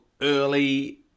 early